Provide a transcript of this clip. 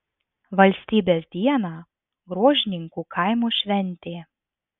valstybės dieną gruožninkų kaimo šventė